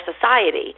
society